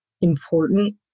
important